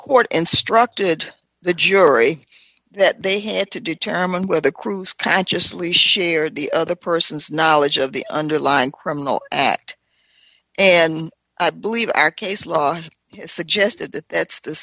court instructed the jury that they had to determine where the cruise consciously share the other person's knowledge of the underlying criminal act and i believe ak a sly suggested that that's the